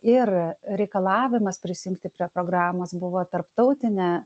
ir reikalavimas prisijungti prie programos buvo tarptautinė